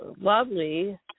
lovely